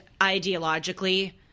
ideologically –